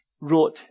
wrote